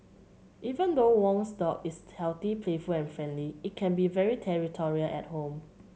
even though Wong's dog is healthy playful and friendly it can be very territorial at home